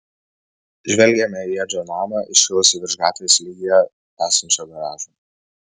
žvelgėme į edžio namą iškilusį virš gatvės lygyje esančio garažo